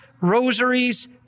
rosaries